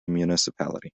municipality